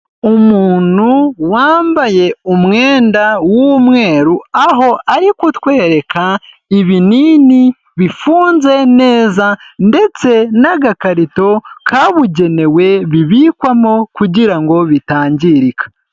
Umuntu wambaye umwenda w'umweru, aho ari kutwereka ibinini bifunze neza, ndetse n'agakarito kabugenewe bibikwamo kugira ngo bitangirika.